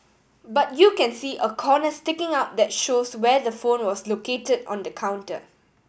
but you can see a corner sticking out that shows where the phone was located on the counter